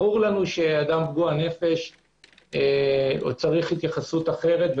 ברור לנו שאדם פגוע נפש צריך התייחסות אחרת,